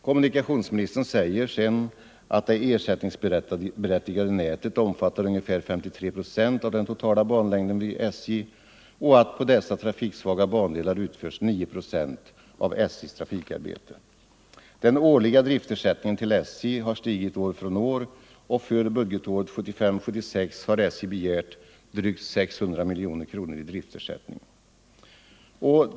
Kommunikationsministern säger sedan att det ersättningsberättigade nätet omfattar ungefär 53 procent av den totala banlängden vid SJ och att på dessa trafiksvaga bandelar utförs 9 procent av SJ:s trafikarbete. Den årliga driftersättningen till SJ har stigit år från år, och för budgetåret 1975/76 har SJ begärt drygt 600 miljoner kronor i driftersättning.